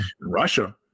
Russia